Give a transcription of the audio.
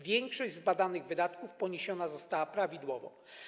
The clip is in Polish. Większość z badanych wydatków poniesiona została prawidłowo.